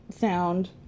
sound